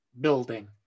building